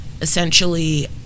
essentially